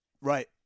Right